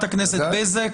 חברת הכנסת בזק.